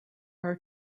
are